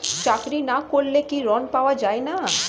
চাকরি না করলে কি ঋণ পাওয়া যায় না?